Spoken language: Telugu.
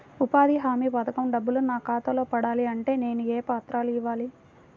ఉపాధి హామీ పథకం డబ్బులు నా ఖాతాలో పడాలి అంటే నేను ఏ పత్రాలు ఇవ్వాలి?